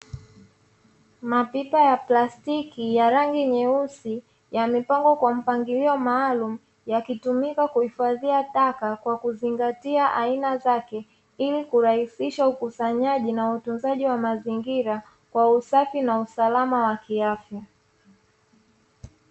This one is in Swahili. Mapipa ya plastiki ya rangi nyeusi yamepangwa kwa mpangilio maalumu yakitumika kuhifadhia taka kwa kuzingatia aina zake, ili kurahisisha ukusanyaji na utunzaji wa mazingira kwa usafi na usalama wa kiafya.